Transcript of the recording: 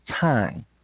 time